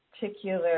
particular